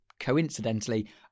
Coincidentally